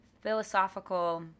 philosophical